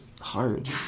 hard